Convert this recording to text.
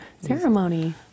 ceremony